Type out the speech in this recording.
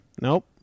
Nope